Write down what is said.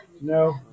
No